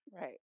Right